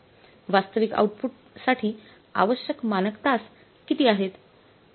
वास्तविक आउटपुटसाठी आवश्यक मानक तास किती आहेत